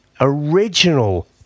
original